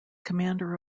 commander